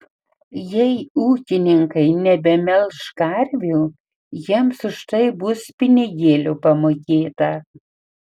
jei ūkininkai nebemelš karvių jiems už tai bus pinigėlių pamokėta